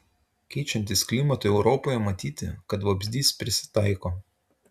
keičiantis klimatui europoje matyti kad vabzdys prisitaiko